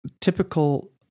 typical